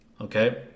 okay